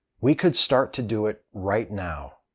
we could start to do it right now.